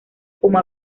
como